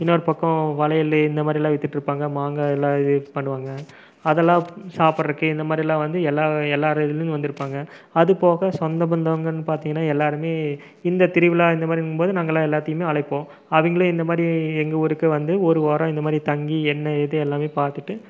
இன்னொரு பக்கம் வளையல் இந்த மாதிரிலாம் வித்துகிட்ருப்பாங்க மாங்காய் எல்லாம் இது பண்ணுவாங்கள் அதெலாம் சாப்புறதுக்கு இந்த மாதிரிலாம் வந்து எல்லா எல்லாரும் இதிலையும் வந்திருப்பாங்க அது போக சொந்த பந்தங்கள்னு பார்த்திங்கன்னா எல்லாருமே இந்த திருவிழா இந்த மாதிரிங்கும் போது நாங்கலாம் எல்லாத்தையுமே அழைப்போம் அவங்களே இந்த மாதிரி எங்கள் ஊருக்கு வந்து ஒரு வாரம் இந்த மாதிரி தங்கி என்ன இது எல்லாமே பார்த்துட்டு